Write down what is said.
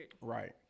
Right